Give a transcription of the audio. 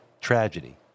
tragedy